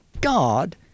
God